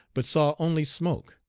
but saw only smoke.